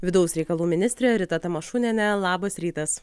vidaus reikalų ministrė rita tamašunienė labas rytas